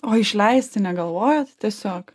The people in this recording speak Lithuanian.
o išleisti negalvojot tiesiog